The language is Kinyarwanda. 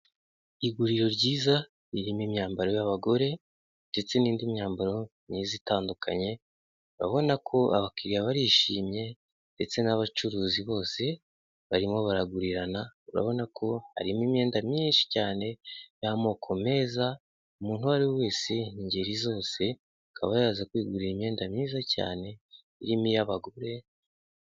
Iguriro ryiza riyima imyambaro y'abagore, ndetse n'indi myambaro myiza itandukanye, urabona ko abakiriya barishimye ndetse n'abacuruzi bose barimo baragurirana, urabona ko harimo imyenda myinshi cyane y'amoko meza. Umuntu uwo ari we wese ingeri zose akaba yaza kwigurira imyenda myiza cyane irimo iy'abagore.